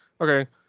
Okay